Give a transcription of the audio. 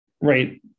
right